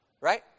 right